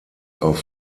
auf